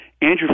Andrew